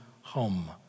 home